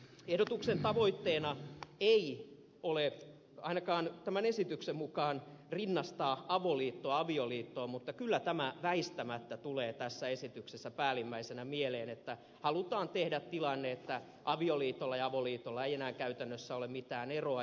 ehdotuksen tavoitteena ei ole ainakaan tämän esityksen mukaan rinnastaa avoliittoa avioliittoon mutta kyllä väistämättä tulee tässä esityksessä päällimmäisenä mieleen että halutaan tehdä tilanne että avioliitolla ja avoliitolla ei enää käytännössä ole mitään eroa